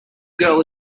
girl